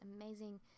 amazing